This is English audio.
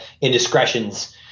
indiscretions